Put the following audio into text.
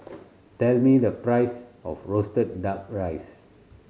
tell me the price of roasted Duck Rice